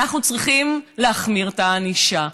אנחנו צריכים להחמיר את הענישה,